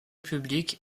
publique